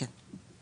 כן.